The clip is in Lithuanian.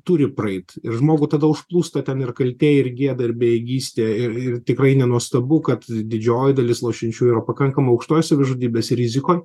turi praeit ir žmogų tada užplūsta ten ir kaltė ir gėda ir bejėgystė ir ir tikrai nenuostabu kad didžioji dalis lošiančiųjų yra pakankamai aukštoj savižudybės rizikoj